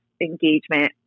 engagement